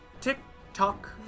tick-tock